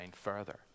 further